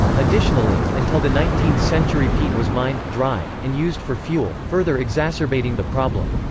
additionally, until the nineteenth century peat was mined, dried, and used for fuel, further exacerbating the problem.